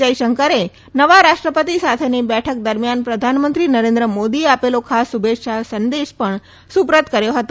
જયશંકરે નવા રાષ્ટ્રપતિ સાથેની બેઠક દરમિયાન પ્રધાનમંત્રી નરેન્દ્ર મોદીએ આપેલો ખાસ શુભેચ્છા સંદેશ પણ સુપ્રત કર્યો હતો